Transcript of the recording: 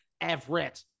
Everett